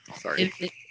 sorry